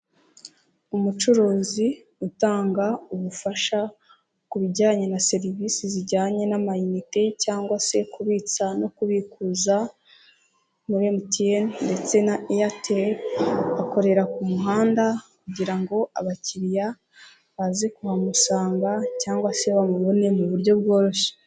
Umucuruzi utanga ubufasha ku bijyanye na serivisi zijyanye n'amayinite cyangwa se kubitsa no kubikuza, muri MTN ndetse na Airtel akorera ku muhanda kugira ngo abakiriya baze kuhamusanga cyangwa se bamubone mu buryo bworoshye.